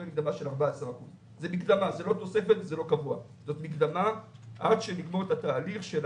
קיבל מקדמה של 14%. המקדמה היא עד שנגמור את התהליך של